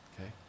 okay